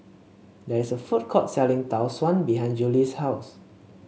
there is a food court selling Tau Suan behind Julie's house